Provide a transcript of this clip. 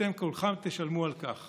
ואתם כולכם תשלמו על כך.